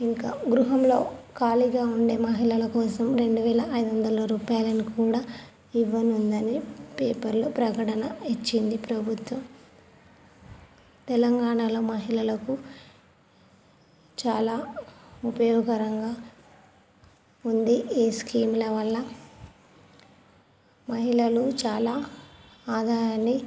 ఇంకా గృహంలో ఖాళీగా ఉండే మహిళల కోసం రెండు వేల ఐదొందల రూపాయలను కూడా ఇవ్వనుందని పేపర్లో ప్రకటన ఇచ్చింది ప్రభుత్వం తెలంగాణలో మహిళలకు చాలా ఉపయోగకరంగా ఉంది ఈ స్కీమ్ల వల్ల మహిళలు చాలా ఆదాయాన్ని